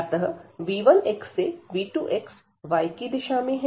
अतः v1x से v2x y की दिशा में है